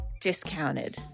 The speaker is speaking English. discounted